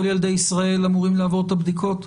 כל ילדי ישראל אמורים לעבור את הבדיקות?